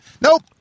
Nope